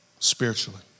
Spiritually